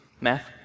math